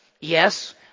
Yes